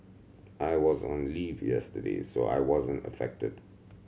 I was on leave yesterday so I wasn't affected